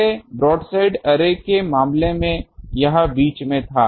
पहले broadside array के मामले में यह बीच में था